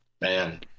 Man